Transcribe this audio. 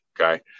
okay